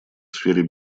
сфере